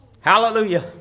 Hallelujah